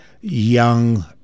young